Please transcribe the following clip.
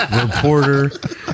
Reporter